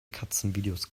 katzenvideos